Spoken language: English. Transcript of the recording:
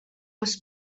was